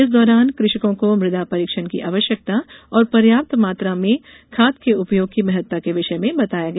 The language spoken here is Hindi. इस दौरान कृषकों को मृदा परीक्षण की आवश्यकता और पर्याप्त मात्रा मे खाद के उपयोग की महत्ता के विषय मे बताया गया